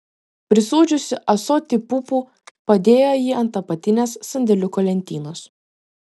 prisūdžiusi ąsotį pupų padėjo jį ant apatinės sandėliuko lentynos